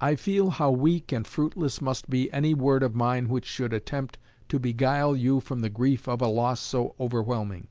i feel how weak and fruitless must be any word of mine which should attempt to beguile you from the grief of a loss so overwhelming